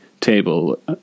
table